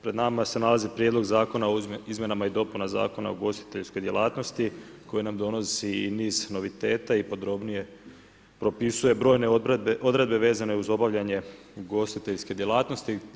Pred nama se nalazi Prijedlog Zakona o izmejnama i dopuna Zakona o ugostiteljskoj djelatnosti, koju nam donosi niz noviteta i podobnije pripisuje brojne odredbe vezano uz obavljanje ugostiteljske djelatnosti.